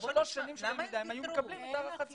עד שלוש שנים של למידה הם היו מקבלים את הארכת הזמן.